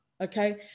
okay